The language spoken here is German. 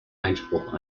einspruch